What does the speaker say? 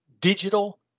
digital